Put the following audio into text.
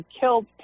killed